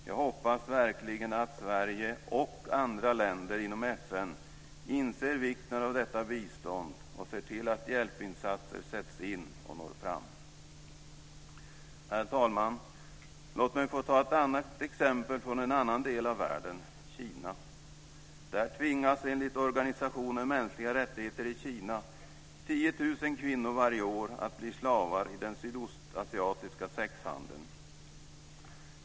Jag hoppas verkligen att Sverige och andra länder inom FN inser vikten av detta bistånd och ser till att hjälpinsatser sätts in och når fram. Herr talman! Låt mig få ta ett annat exempel från en annan del av världen, nämligen Kina. Där tvingas, enligt organisationen Mänskliga rättigheter i Kina, 10 000 kvinnor varje år att bli slavar i den sydostasiatiska sexhandeln.